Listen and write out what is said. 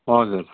हजुर